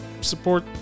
support